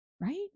right